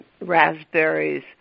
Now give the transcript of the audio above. raspberries